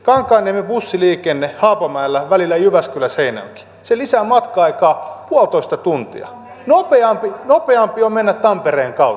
kankaanniemen bussiliikenne haapamäellä välillä jyväskyläseinäjoki lisää matka aikaa puolitoista tuntia nopeampi on mennä tampereen kautta